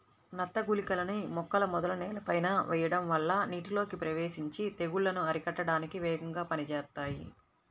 నత్త గుళికలని మొక్కల మొదలు నేలపైన వెయ్యడం వల్ల నీటిలోకి ప్రవేశించి తెగుల్లను అరికట్టడానికి వేగంగా పనిజేత్తాయి